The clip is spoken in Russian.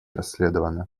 расследована